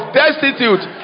destitute